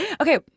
okay